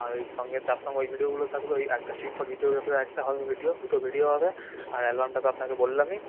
আর ওই সঙ্গে তার সঙ্গে ওই ভিডিওগুলোও থাকবে ওই একটা স্টিল ভিডিওটোগ্রাফির একটা হবে ভিডিও দুটো ভিডিও হবে আর অ্যালবামটা তো আপনাকে বললামই